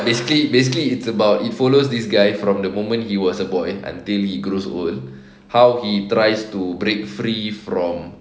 basically basically it's about it follows this guy from the moment he was a boy until he grows old how he tries to break free from